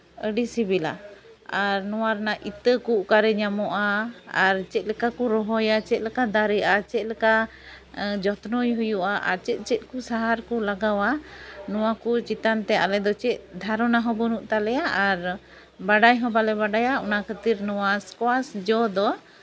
ᱟᱹᱰᱤ ᱥᱤᱵᱤᱞᱟ ᱟᱨ ᱱᱚᱣᱟ ᱨᱮᱱᱟᱜ ᱤᱛᱟᱹ ᱠᱚ ᱚᱠᱟᱨᱮ ᱧᱟᱢᱚᱜᱼᱟ ᱟᱨ ᱪᱮᱫ ᱞᱮᱠᱟ ᱠᱚ ᱨᱚᱦᱚᱭᱟ ᱪᱮᱫ ᱞᱮᱠᱟ ᱫᱟᱨᱮᱜᱼᱟ ᱟᱨ ᱪᱮᱫ ᱞᱮᱠᱟ ᱡᱚᱛᱱᱚᱭ ᱦᱩᱭᱩᱜᱼᱟ ᱟᱨ ᱪᱮᱫ ᱪᱮᱫ ᱠᱚ ᱥᱟᱦᱟᱨ ᱠᱚ ᱞᱟᱜᱟᱣᱟ ᱱᱚᱣᱟ ᱠᱚ ᱪᱮᱛᱟᱱ ᱛᱮ ᱟᱞᱮ ᱫᱚ ᱪᱮᱫ ᱫᱷᱟᱨᱚᱱᱟ ᱦᱚᱸ ᱵᱟᱹᱱᱩᱜ ᱛᱟᱞᱮᱭᱟ ᱟᱨ ᱵᱟᱰᱟᱭ ᱦᱚᱸ ᱵᱟᱞᱮ ᱵᱟᱰᱟᱭᱟ ᱚᱱᱟ ᱠᱷᱟᱹᱛᱤᱨ ᱱᱚᱣᱟ ᱥᱠᱚᱣᱟᱥ ᱡᱚ ᱫᱚ